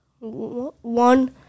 One